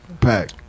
Pack